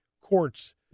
courts